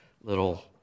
little